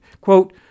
Quote